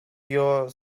your